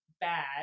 bad